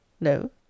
No